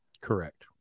Correct